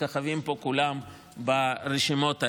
שמככבים פה כולם ברשימות האלה.